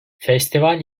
festival